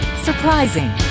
Surprising